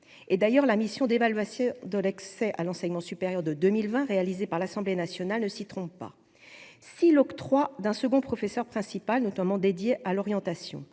et d'ailleurs la mission d'évaluation de l'accès à l'enseignement supérieur de 2020 réalisés par l'Assemblée nationale ne s'y trompe pas, si l'octroi d'un second professeur principal notamment dédié à l'orientation,